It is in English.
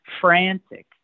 frantic